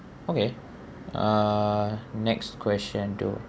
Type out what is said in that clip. okay uh next question two